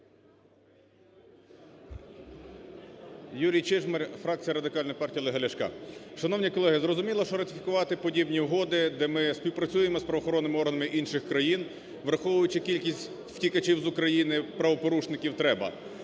Юрій Чижмарь, фракція Радикальної партії Олега Ляшка. Шановні колеги, зрозуміло, що ратифікувати подібні угоди, де ми співпрацюємо з правоохоронними органами інших країн, враховуючи кількість втікачів з України – правопорушників, треба.